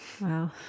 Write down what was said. Wow